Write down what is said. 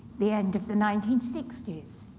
the end of the nineteen sixty s,